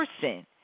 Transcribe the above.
person